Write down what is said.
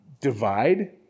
divide